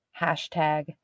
hashtag